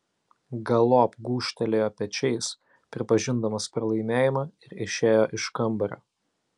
galop gūžtelėjo pečiais pripažindamas pralaimėjimą ir išėjo iš kambario